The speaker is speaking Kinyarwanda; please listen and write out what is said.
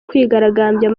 kwigaragambya